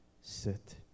sit